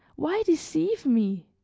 why deceive me?